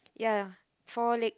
ya four leg